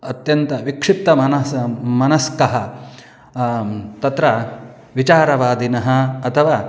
अत्यन्तं विक्षिप्त मनसः मनस्कः तत्र विचारवादिनः अथवा